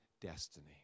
destiny